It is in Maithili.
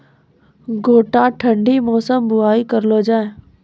गोटा ठंडी मौसम बुवाई करऽ लो जा?